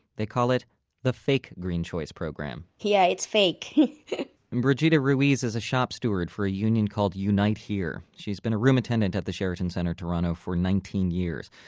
they call it the fake green choice program yeah it's fake and brigida ruiz is a shop steward for a union called unite here! she's been a room attendant at the sheraton centre toronto for nineteen years.